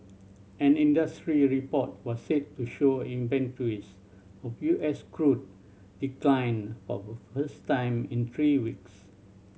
an industry report was said to show inventories of U S crude declined for first time in three weeks